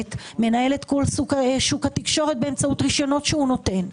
תקשורת מנהל את כל שוק התקשורת באמצעות רשיונות שנותן.